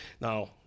now